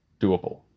doable